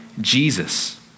Jesus